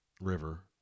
river